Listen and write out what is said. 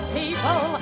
people